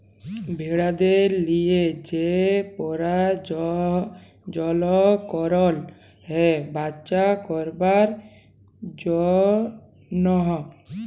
ভেড়াদের লিয়ে যে পরজলল করল হ্যয় বাচ্চা করবার জনহ